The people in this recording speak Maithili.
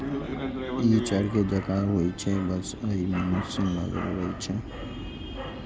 ई चरखे जकां होइ छै, बस अय मे मशीन लागल रहै छै